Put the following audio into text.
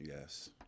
Yes